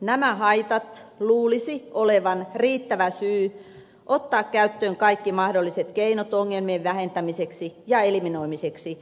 nämä haitat luulisi olevan riittävä syy ottaa käyttöön kaikki mahdolliset keinot ongelmien vähentämiseksi ja eliminoimiseksi